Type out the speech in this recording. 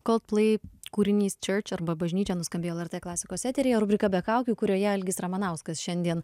coldplay kūrinys church arba bažnyčia nuskambėjo lrt klasikos eteryje rubriką be kaukių kurioje algis ramanauskas šiandien